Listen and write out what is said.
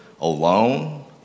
alone